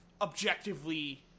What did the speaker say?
objectively